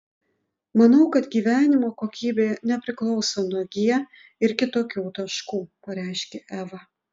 manau kad gyvenimo kokybė nepriklauso nuo g ir kitokių taškų pareiškė eva